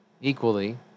equally